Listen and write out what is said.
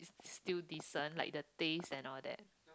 still decent like the taste and all that